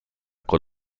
con